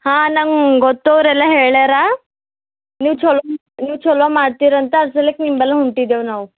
ಹಾಂ ನಂಗೆ ಗೊತ್ತು ಅವ್ರೆಲ್ಲ ಹೇಳ್ಯಾರ ನೀವು ಚಲೋ ನೀವು ಚಲೋ ಮಾಡ್ತಿರಂತ ಅಸ್ಸಲಿಕ್ ನಿಂಬಲ್ಲಿ ಹೊಂಟಿದ್ದೇವೆ ನಾವು